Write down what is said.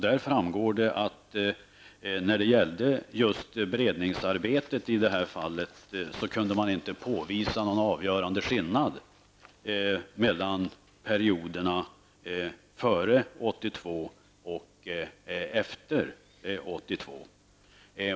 Där framgår det att man just beträffande beredningsarbetet i det här fallet inte kunnat påvisa någon avgörande skillnad mellan perioderna före 1982 och perioden efter 1982.